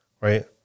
Right